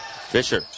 Fisher